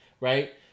right